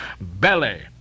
belly